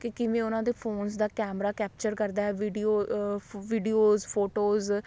ਕਿ ਕਿਵੇਂ ਓਹਨਾ ਦੇ ਫੋਨਸ ਦਾ ਕੈਮਰਾ ਕੈਪਚਰ ਕਰਦਾ ਹੈ ਵਿਡਿਓ ਵਿਡਿਓਸ ਫੋਟੋਸ